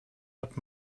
hat